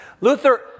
Luther